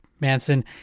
Manson